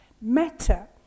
matter